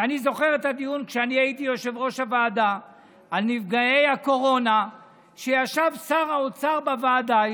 ואני זוכר את הדיון על נפגעי הקורונה כשאני הייתי יושב-ראש הוועדה,